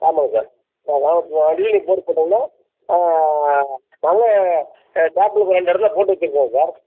ஆமாங்க சார் ஆ நானூற்றி தொண்ணூறு அடியில் நீங்கள் போர் போட்டிங்கன்னால் நல்ல சேம்பிளுக்கு ஒரு ரெண்டு இடத்துல போட்டு வச்சுருக்கோங்க சார்